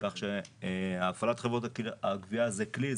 כך שהפעלת חברות הגבייה זה כלי,